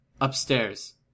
Upstairs